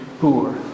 poor